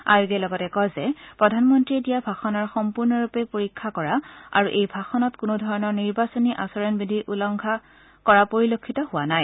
আয়োগে লগতে কয় যে প্ৰধানমন্তীয়ে দিয়া ভাষণৰ সম্পূৰ্ণৰূপে পৰীক্ষা কৰে আৰু এই ভাষণত কোনোধৰণৰ নিৰ্বাচনী আচৰণবিধি উলংঘন পৰিলক্ষিত হোৱা নাই